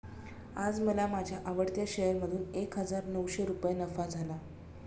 आज मला माझ्या आवडत्या शेअर मधून एक हजार नऊशे रुपये नफा झाला